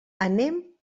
anem